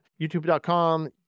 youtube.com